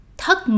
thất